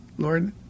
Lord